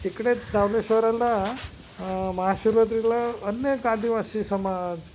तिकडे दावलेश्वरला महाशिवरात्रीला अनेक आदिवासी समाज